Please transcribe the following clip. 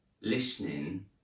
listening